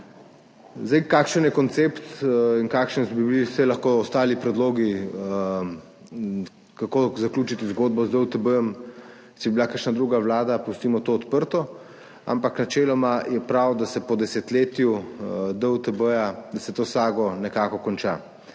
Kakšen je koncept in kakšni bi bili lahko ostali predlogi, kako zaključiti zgodbo z DUTB, če bi bila kakšna druga vlada? Pustimo to odprto, ampak načeloma je prav, da se po desetletju DUTB s to sago nekako konča,